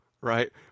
right